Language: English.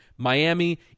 Miami